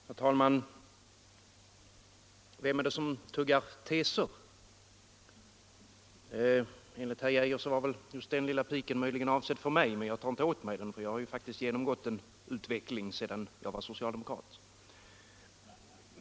Herr talman! Vem är det som tuggar teser? Enligt justitieministern var väl just den lilla piken avsedd för mig, men jag tar inte åt mig av den, för jag har ju faktiskt genomgått en utveckling sedan jag var socialdemokrat.